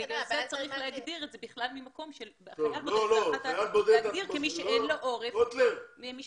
בגלל זה צריך להגדיר את זה בכלל ממקום של אחד שאין לו עורף משפחתי.